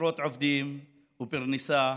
עשרות עובדים ופרנסה